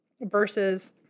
versus